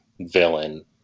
villain